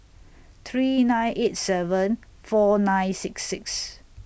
three nine eight seven four nine six six